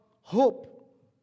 hope